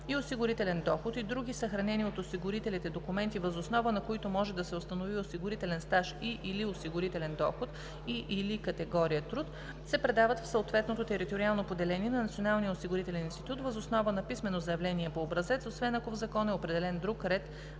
и осигурителен доход и други съхранени от осигурителите документи, въз основа на които може да се установи осигурителен стаж и/или осигурителен доход, и/или категория труд, се предават в съответното териториално поделение на Националния осигурителен институт въз основа на писмено заявление по образец, освен ако в закон е определен друг ред